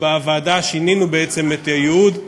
בוועדה שינינו בעצם את הייעוד,